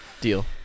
Deal